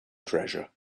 treasure